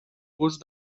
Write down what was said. gust